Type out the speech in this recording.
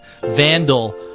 vandal